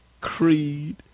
creed